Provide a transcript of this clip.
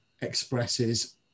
expresses